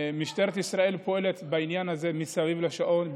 משטרת ישראל פועלת בעניין הזה מסביב לשעון,